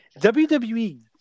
WWE